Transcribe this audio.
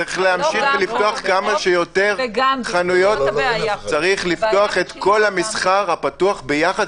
צריך לפתוח את כל המסחר הפתוח יחד,